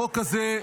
החוק הזה,